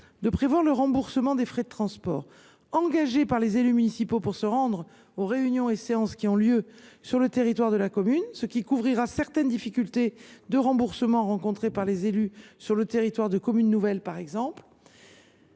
prévoir le remboursement des frais de transport engagés par les élus municipaux pour se rendre aux réunions et séances qui ont lieu sur le territoire de la commune, ce qui couvrira certaines difficultés de remboursement rencontrées par les élus, par exemple pour leurs déplacements